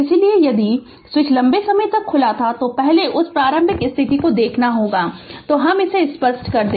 इसलिए यदि स्विच लंबे समय तक खोला गया था तो पहले उस प्रारंभिक स्थिति को देखना होगा तो हम इसे स्पष्ट कर दे